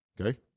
okay